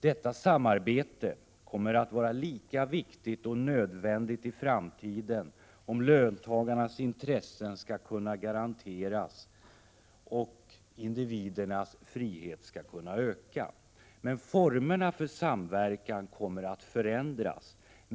Detta samarbete kommer att vara lika viktigt och nödvändigt i framtiden, om löntagarnas intressen skall kunna garanteras och individernas frihet ökas. Men formerna för samverkan kommer att förändras.